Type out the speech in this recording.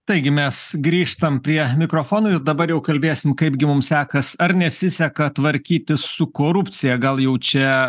taigi mes grįžtam prie mikrofonų ir dabar jau kalbėsim kaipgi mum sekas ar nesiseka tvarkytis su korupcija gal jau čia